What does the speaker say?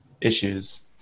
issues